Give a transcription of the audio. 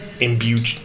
imbued